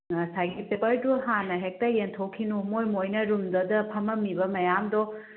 ꯉꯁꯥꯏꯒꯤ ꯄꯦꯄꯔꯗꯨ ꯍꯥꯟꯅ ꯍꯦꯛꯇ ꯌꯦꯟꯊꯣꯛꯈꯤꯅꯨ ꯃꯣꯏ ꯃꯣꯏꯅ ꯔꯨꯝꯗꯨꯗ ꯐꯃꯝꯃꯤꯕ ꯃꯌꯥꯝꯗꯣ